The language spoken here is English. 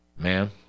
man